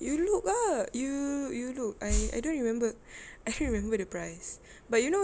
you look ah you you look I I don't remember actually remember the price but you know